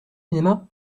cinéma